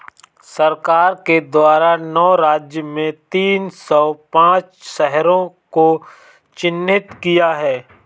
सरकार के द्वारा नौ राज्य में तीन सौ पांच शहरों को चिह्नित किया है